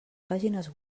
pàgines